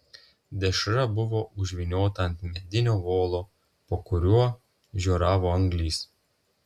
dešra buvo užvyniota ant medinio volo po kuriuo žioravo anglys